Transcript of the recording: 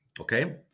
okay